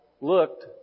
looked